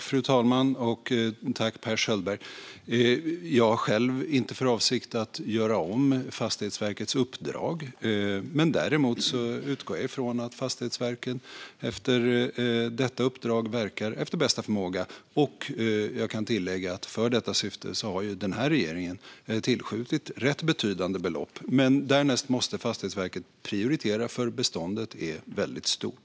Fru talman! Jag har inte själv för avsikt att göra om Fastighetsverkets uppdrag. Men jag utgår från att Fastighetsverket med utgångspunkt i detta uppdrag verkar efter bästa förmåga. Jag kan tillägga att den här regeringen för detta syfte har tillskjutit rätt betydande belopp. Därnäst måste Fastighetsverket prioritera, för beståndet är väldigt stort.